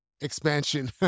expansion